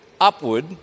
upward